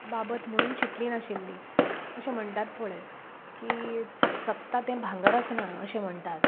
बाबत म्हणून चितली नाशिल्ली अशें म्हणटात पळय की चकचकता तें भांगर आसना अशें म्हणटात